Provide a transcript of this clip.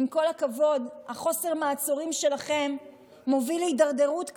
חוסר המעצורים שלכם מוביל להידרדרות כזאת.